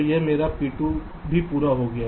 तो मेरा P2 हो गया